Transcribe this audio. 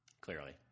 Clearly